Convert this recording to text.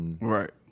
Right